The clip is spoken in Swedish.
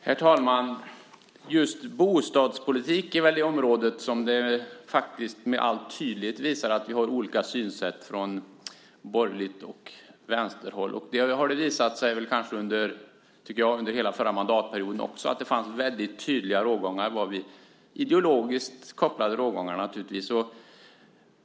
Herr talman! Just bostadspolitiken är väl det område som tydligast visar att vi har olika synsätt från borgerligt håll och från vänsterhåll. Det har också under förra mandatperioden visat sig att det finns mycket tydliga rågångar mellan oss - ideologiskt kopplade rågångar, naturligtvis.